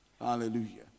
Hallelujah